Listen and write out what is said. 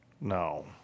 No